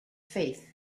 faith